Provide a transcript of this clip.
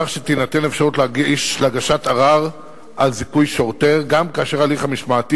כך שתינתן אפשרות להגשת ערר על זיכוי שוטר גם כאשר ההליך המשמעתי